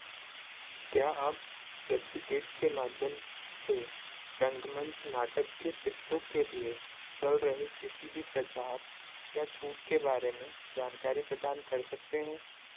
क्या आप जस्टिकेट्स के माध्यम से रंगमंच नाटक के टिकटों के लिए चल रहे किसी भी प्रचार या छूट के बारे में जानकारी प्रदान कर सकते हैं